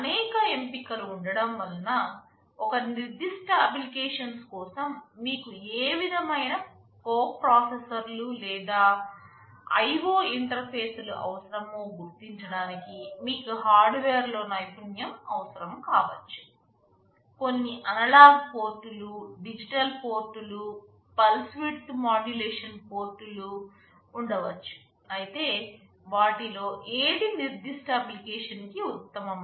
అనేక ఎంపికలు ఉండడంవల్ల ఒక నిర్దిష్ట అప్లికేషన్స్ కోసం మీకు ఏ విధమైన కోప్రోసెసర్లు లేదా IO ఇంటర్ఫేస్లు అవసరమో గుర్తించడానికి మీకు హార్డ్వేర్లో నైపుణ్యం అవసరం కావచ్చు కొన్ని అనలాగ్ పోర్ట్లు డిజిటల్ పోర్ట్లు పల్స్ విడ్తు మాడ్యులేషన్ పోర్ట్లు ఉండవచ్చు అయితే వాటిలో ఏది నిర్దిష్ట అప్లికేషన్ కి ఉత్తమమైనది